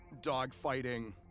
dogfighting